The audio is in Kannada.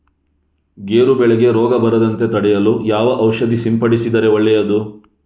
ಗೇರು ಬೆಳೆಗೆ ರೋಗ ಬರದಂತೆ ತಡೆಯಲು ಯಾವ ಔಷಧಿ ಸಿಂಪಡಿಸಿದರೆ ಒಳ್ಳೆಯದು?